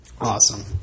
Awesome